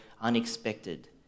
unexpected